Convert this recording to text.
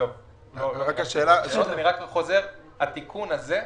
אני חוזר ואומר,